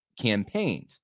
campaigned